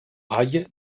rails